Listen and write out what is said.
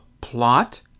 plot